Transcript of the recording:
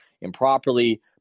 improperly